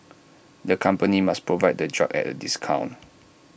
the company must provide the drug at A discount